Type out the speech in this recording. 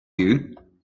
you